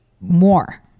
more